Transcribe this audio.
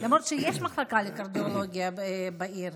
למרות שיש מחלקה לקרדיולוגיה בעיר.